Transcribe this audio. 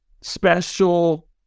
special